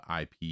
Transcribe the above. IP